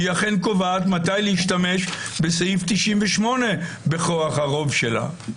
היא אכן קובעת מתי להשתמש בסעיף 98 בכוח הרוב שלה.